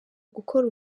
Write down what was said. gukora